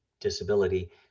disability